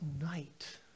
night